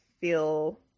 feel